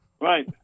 Right